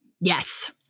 Yes